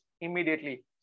immediately